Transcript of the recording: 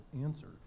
answer